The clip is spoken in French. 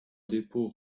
dépôt